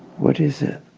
what is it